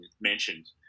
mentioned